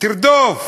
תרדוף,